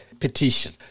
petition